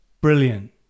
brilliant